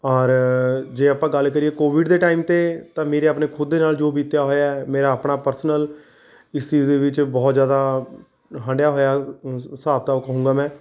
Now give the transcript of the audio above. ਔਰ ਜੇ ਆਪਾਂ ਗੱਲ ਕਰੀਏ ਕੋਵਿਡ ਦੇ ਟਾਈਮ 'ਤੇ ਤਾਂ ਮੇਰੇ ਆਪਣੇ ਖੁਦ ਦੇ ਨਾਲ ਜੋ ਬੀਤਿਆ ਹੋਇਆ ਹੈ ਮੇਰਾ ਆਪਣਾ ਪਰਸਨਲ ਇਸ ਚੀਜ਼ ਦੇ ਵਿੱਚ ਬਹੁਤ ਜ਼ਿਆਦਾ ਹੰਢਿਆ ਹੋਇਆ ਹਿਸਾਬ ਕਿਤਾਬ ਕਹੂੰਗਾ ਮੈਂ